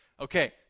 Okay